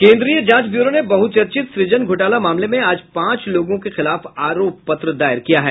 केन्द्रीय जांच ब्यूरो ने बहुचर्चित सृजन घोटाला मामले में आज पांच लोगों के खिलाफ आरोप पत्र दायर किया है